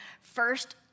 first